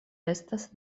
estas